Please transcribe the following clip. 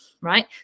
right